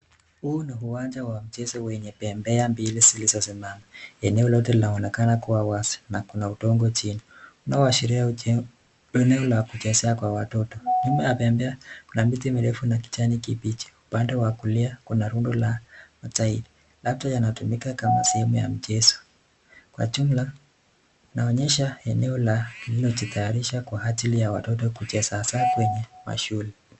Huu ni uwanja wa michezo wenye bembea mbili zilizosimama eneo lote linaonekana kuwa wazi na kuna udongo uko chini, unaoashiria eneo la kuchezea kwa watoto. Nyuma ya bembea kuna miti mirefu ya kijani kibichi upande wa kulia kuna rundo la matairi labda yanatumika kama sehemu ya mchezo kwa jumla inaonyesha eneo lililojitayarisha kwa ajili ya watoto kucheza hasa kwenye shule.